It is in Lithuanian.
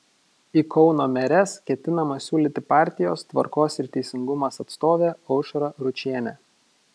į kauno meres ketinama siūlyti partijos tvarkos ir teisingumas atstovę aušrą ručienę